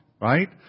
right